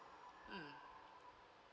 mm